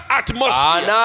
atmosphere